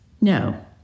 No